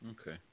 Okay